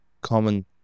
common